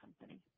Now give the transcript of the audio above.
company